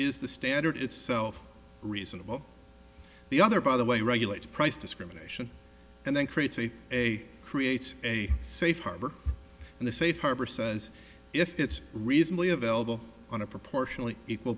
is the standard itself reasonable the other by the way regulates price discrimination and then creates a a creates a safe harbor and the safe harbor says if it's reasonably available on a proportionally equal